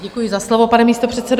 Děkuji za slovo, pane místopředsedo.